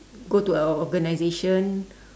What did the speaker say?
go to a organisation